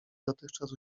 dotychczas